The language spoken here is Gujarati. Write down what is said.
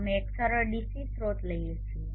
અમે એક સરળ ડીસી સ્રોત લઈએ છીએ